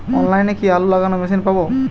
অনলাইনে কি আলু লাগানো মেশিন পাব?